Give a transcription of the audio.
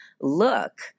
look